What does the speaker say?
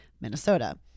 Minnesota